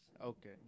Okay